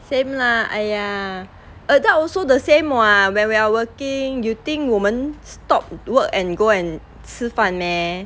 same lah !aiya! adult also the same [what] when we're working you think 我们 stop work and go and 吃饭 meh